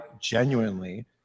genuinely